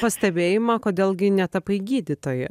pastebėjimą kodėl gi netapai gydytoja